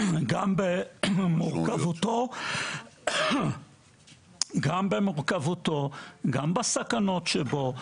גם במורכבותו, גם בסכנות שבו.